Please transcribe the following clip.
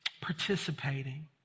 participating